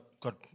got